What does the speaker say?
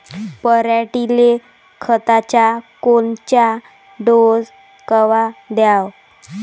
पऱ्हाटीले खताचा कोनचा डोस कवा द्याव?